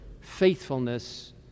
Faithfulness